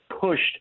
pushed